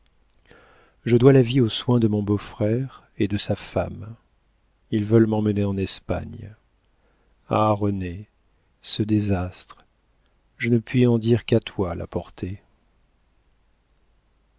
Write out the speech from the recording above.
je dois la vie aux soins de mon beau-frère et de sa femme ils veulent m'emmener en espagne ah renée ce désastre je ne puis en dire qu'à toi la portée